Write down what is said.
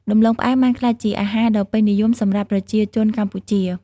ដំឡូងផ្អែមបានក្លាយជាអាហារដ៏ពេញនិយមសម្រាប់ប្រជាជនកម្ពុជា។